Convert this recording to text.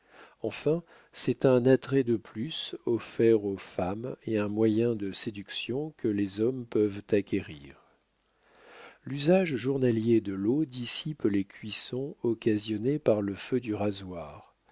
enfin c'est un attrait de plus offert aux femmes et un moyen de séduction que les hommes peuvent acquérir l'usage journalier de l'eau dissipe les cuissons occasionnées par le feu du rasoir